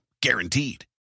Guaranteed